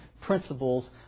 principles